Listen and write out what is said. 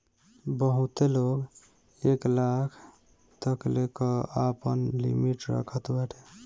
बहुते लोग एक लाख तकले कअ आपन लिमिट रखत बाटे